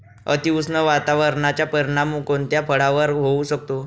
अतिउष्ण वातावरणाचा परिणाम कोणत्या फळावर होऊ शकतो?